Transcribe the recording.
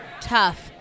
tough